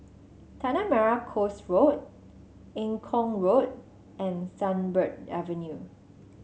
Tanah Merah Coast Road Eng Kong Road and Sunbird Avenue